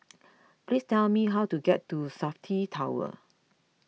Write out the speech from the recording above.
please tell me how to get to Safti Tower